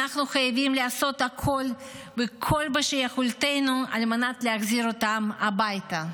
אנחנו חייבים לעשות הכול וכל מה שביכולתנו על מנת להחזיר אותם הביתה.